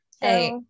Hey